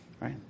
right